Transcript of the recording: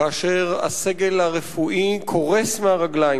כאשר הסגל הרפואי קורס מהרגליים,